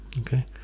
okay